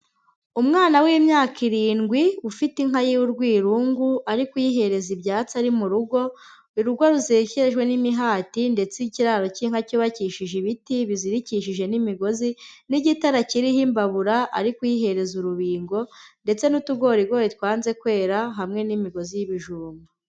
Umwana w'imyaka irindwi ufite inka y'urwirungu ari kuyihereza ibyatsi ari mu rugo, urugo ruzekejwe n'imihati ndetse ikiraro k'inka cyubakishije ibiti, bizirikikije n'imigozi n'igitarare kiriho imbabura ariko kuyihereza urubingo ndetse n'utugorigori twanze kwera, hamwe n'imigozi y'ibijumba.